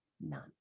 none